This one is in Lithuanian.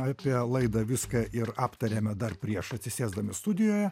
apie laidą viską ir aptarėme dar prieš atsisėsdami studijoje